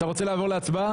אתה רוצה לעבור להצבעה?